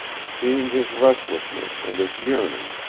seeing his restlessness and his yearning,